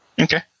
Okay